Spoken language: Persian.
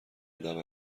ادب